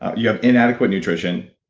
ah you have inadequate nutrition,